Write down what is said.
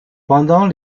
pendant